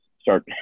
start